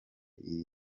iri